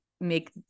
make